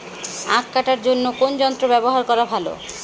আঁখ কাটার জন্য কোন যন্ত্র ব্যাবহার করা ভালো?